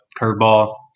curveball